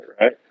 right